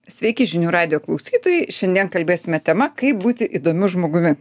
sveiki žinių radijo klausytojai šiandien kalbėsime tema kaip būti įdomiu žmogumi